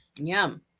yum